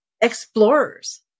explorers